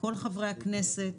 כל חברי הכנסת,